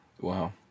Wow